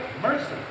mercy